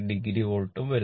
8o വോൾട്ടും വരുന്നു